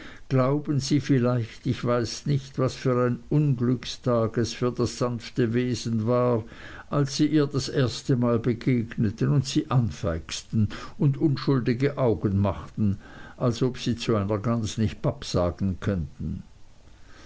glauben sie vielleicht ich weiß nicht was für ein unglückstag es für das sanfte kleine wesen war als sie ihr das erstemal begegneten und sie anfeixten und unschuldige augen machten als ob sie zu einer gans nicht papp sagen könnten